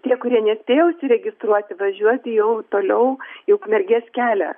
tie kurie nespėjo užsiregistruoti važiuoti jau toliau į ukmergės kelią